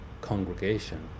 congregation